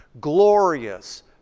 Glorious